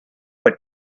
but